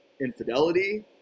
infidelity